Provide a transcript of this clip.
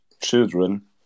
children